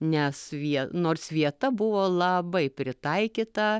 nes vien nors vieta buvo labai pritaikyta